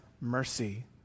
mercy